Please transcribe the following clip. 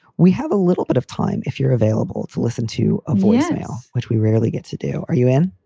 we have a little bit of time if you're available to listen to a voicemail, which we rarely get to do. are you in?